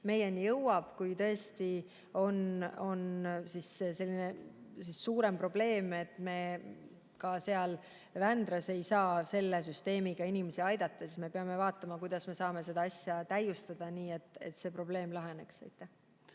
meieni jõuab. Kui tõesti on suurem probleem, nii et me Vändras ei saa selle süsteemiga inimesi aidata, siis me peame vaatama, kuidas me saame seda asja täiustada nii, et see probleem laheneks.